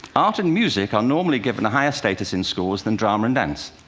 art and music are normally given a higher status in schools than drama and dance.